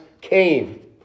came